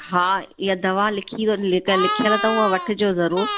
हा हीअ दवा लिखी लिखियलु अथव वठिजो जरूर